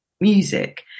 music